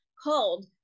called